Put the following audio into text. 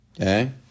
Okay